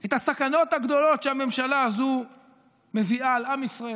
את הסכנות הגדולות שהממשלה הזו מביאה על עם ישראל,